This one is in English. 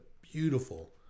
beautiful